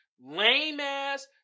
lame-ass